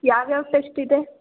ಯಾವ್ಯಾವ ಟೆಶ್ಟ್ ಇದೆ